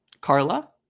Carla